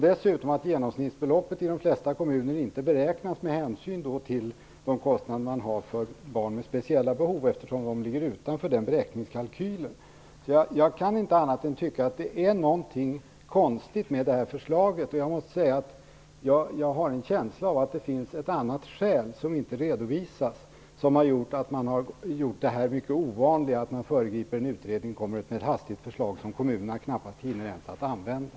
Genomsnittsbeloppet beräknas i de flesta kommuner dessutom inte med hänsyn till de kostnader man har för barnens speciella behov, eftersom de ligger utanför beräkningskalkylen. Jag kan inte annat än att tycka att det är någonting konstigt med förslaget. Jag har en känsla av att det finns ett annat skäl som inte redovisas, som har gjort att man på detta mycket ovanliga sätt föregripit en utredning och kommit med ett hastigt förslag som kommunerna knappast ens hinner arbeta enligt.